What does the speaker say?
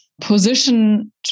position